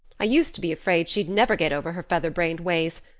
i used to be afraid she'd never get over her featherbrained ways,